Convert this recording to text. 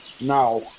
now